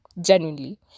genuinely